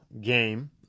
game